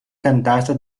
cantata